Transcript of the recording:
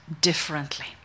differently